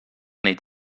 neid